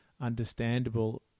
understandable